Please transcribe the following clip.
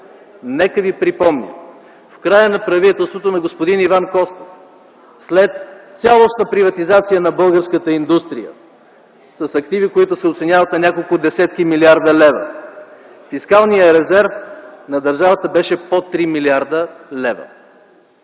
Нека да Ви припомня – в края на правителството на господин Иванов Костов след цялостна приватизация на българската индустрия с активи, които се оценяват на няколко десетки милиарди лева, фискалният резерв на държавата беше под 3 млрд. лв.